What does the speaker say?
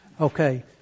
Okay